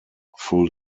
full